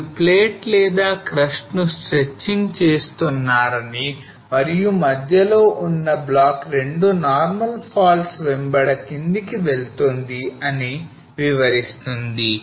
ఈ కార్టూన్ మీరు plate లేదా crust ను stretching చేస్తున్నారని మరియు మధ్యలో ఉన్న బ్లాక్ 2 normal faults వెంబడి కిందికి వెళ్తుంది అని వివరిస్తున్నది